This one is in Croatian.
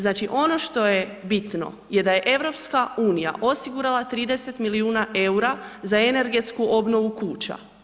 Znači ono što je bitno je da je EU osigurala 30 milijuna eura za energetsku obnovu kuća.